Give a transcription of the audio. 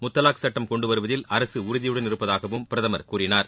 முத்தலாக் சுட்டம் கொண்டு வருவதில் அரசு உறுதியுடன் இருப்பதாகவும் பிரதமர் கூறினார்